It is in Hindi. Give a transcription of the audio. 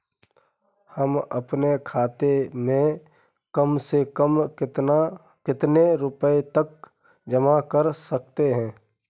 हम अपने खाते में कम से कम कितने रुपये तक जमा कर सकते हैं?